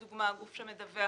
לדוגמה, גוף שמדווח